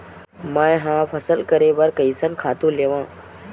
मैं ह फसल करे बर कइसन खातु लेवां?